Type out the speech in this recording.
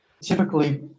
Typically